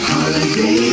Holiday